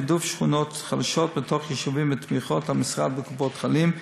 תעדוף שכונות חלשות בתוך יישובים בתמיכות המשרד בקופות-החולים,